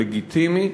לגיטימי,